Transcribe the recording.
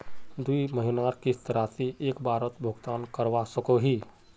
दुई महीनार किस्त राशि एक बारोत भुगतान करवा सकोहो ही?